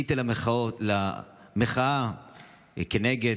חיכיתי למחאה שכנגד